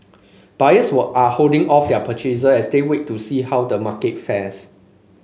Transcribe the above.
buyers were are holding off their purchases as they wait to see how the market fares